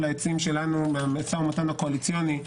העצים שלנו מהמשא ומתן הקואליציוני,